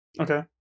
Okay